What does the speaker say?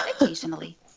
Occasionally